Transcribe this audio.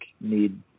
need